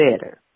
better